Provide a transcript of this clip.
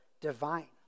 divine